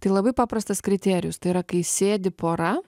tai labai paprastas kriterijus yai yra kai sėdi pora